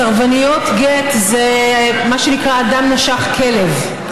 סרבניות גט זה מה שנקרא אדם נשך כלב.